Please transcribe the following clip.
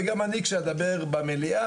וגם אני כשאדבר במליאה,